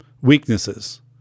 weaknesses